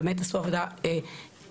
באמת עשו עבודה עילאית.